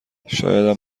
شایدم